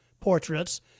portraits